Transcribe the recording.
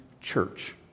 church